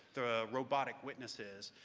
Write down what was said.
the robotic witnesses,